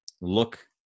look